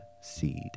Seed